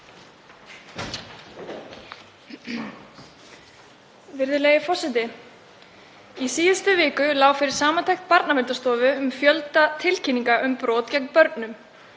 Virðulegi forseti. Í síðustu viku lá fyrir samantekt Barnaverndarstofu um fjölda tilkynninga um brot gegn börnum.